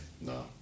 no